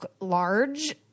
large